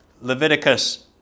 Leviticus